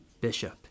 Bishop